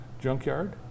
Junkyard